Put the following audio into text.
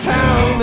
town